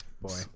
Boy